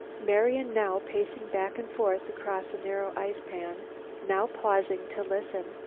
marian, now pacing back and forth across a narrow ice-pan, now pausing to listen,